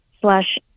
slash